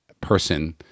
person